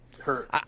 hurt